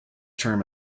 term